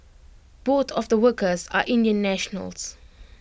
both of the workers are Indian nationals